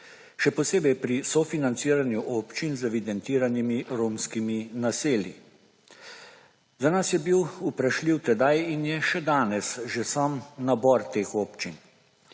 še posebej pri sofinanciranju občin z evidentiranimi romskimi naselji. Za nas je bil vprašljiv tedaj in je še danes že sam nabor teh občin.